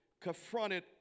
confronted